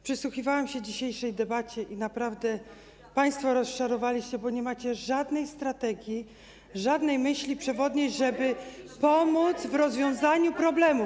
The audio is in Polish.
Przysłuchiwałam się dzisiejszej debacie i naprawdę państwo rozczarowaliście, bo nie macie żadnej strategii, żadnej myśli przewodniej, żeby pomóc w rozwiązaniu problemów.